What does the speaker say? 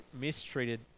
mistreated